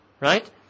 Right